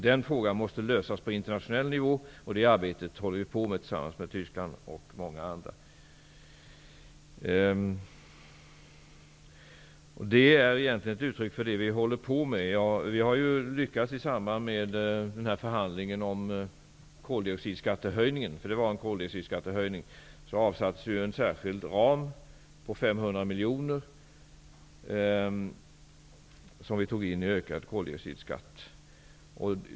Den frågan måste lösas på internationell nivå. Vi håller på med det arbetet tillsammans med Tyskland och många andra. I samband med förhandlingen om koldioxidskattehöjningen avsattes en särskild ram på 500 miljoner. De pengarna tog vi in på ökad koldioxidskatt.